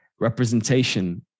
representation